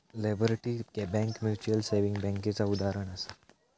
liberty Bank Mutual Saving बैंकेचा उदाहरणं आसा